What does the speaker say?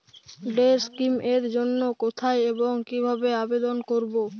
Day scheme এর জন্য কোথায় এবং কিভাবে আবেদন করব?